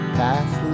path